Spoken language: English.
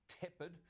tepid